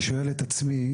אני שואל את עצמי